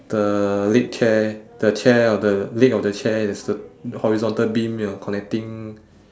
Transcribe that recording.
the leg chair the chair of the leg of the chair there's the horizontal beam ya connecting